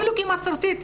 אפילו כמסורתית.